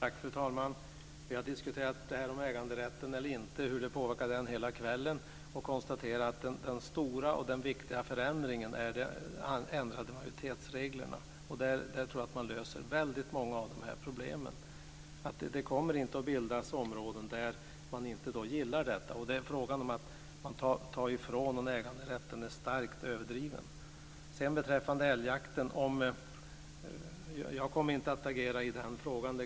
Fru talman! Vi har diskuterat hur äganderätten påverkas hela kvällen och konstaterat att den stora och viktiga förändringen gäller de ändrade majoritetsreglerna. Jag tror att man löser väldigt många av dessa problem. Det kommer inte att bildas områden där man inte gillar detta. Talet om att ta ifrån någon äganderätten är starkt överdrivet. Beträffande älgjakten kan jag lova att jag inte kommer att agera i den frågan.